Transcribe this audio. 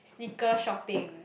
sneaker shopping